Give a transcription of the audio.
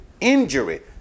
injury